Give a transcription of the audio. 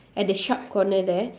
at the sharp corner there